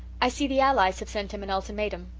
i see the allies have sent him an ultimatum.